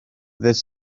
ddydd